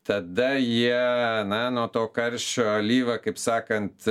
tada jie na nuo to karščio alyva kaip sakant